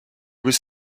was